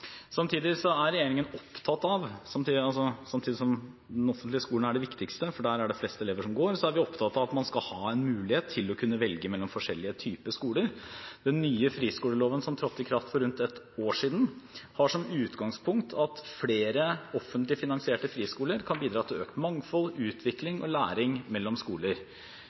Samtidig som den offentlige skolen er det viktigste, for der er det flest elever som går, så er vi opptatt av at man skal ha en mulighet til å kunne velge mellom forskjellige typer skoler. Den nye friskoleloven som trådte i kraft for rundt et år siden, har som utgangspunkt at flere offentlig finansierte friskoler kan bidra til økt mangfold, utvikling og læring mellom skoler.